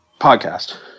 podcast